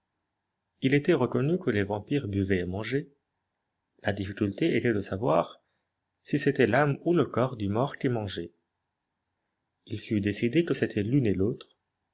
il était reconnu que les vampires buvaient et mangeaient la difficulté était de savoir si c'était l'âme ou le corps du mort qui mangeait il fut décidé que c'était l'une et l'autre